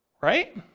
right